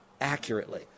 accurately